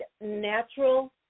natural